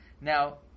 Now